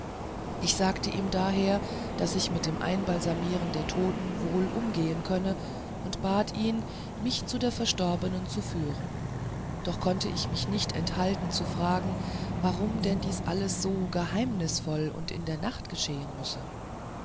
ich sagte ihm daher daß ich mit dem einbalsamieren der toten wohl umgehen könne und bat ihn mich zu der verstorbenen zu führen doch konnte ich mich nicht enthalten zu fragen warum denn dies alles so geheimnisvoll und in der nacht geschehen müsse